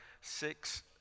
six